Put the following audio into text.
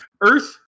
earth